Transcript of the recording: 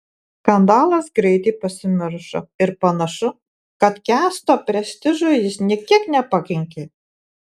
skandalas greitai pasimiršo ir panašu kad kęsto prestižui jis nė kiek nepakenkė